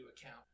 account